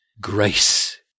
grace